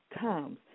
comes